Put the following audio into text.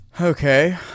okay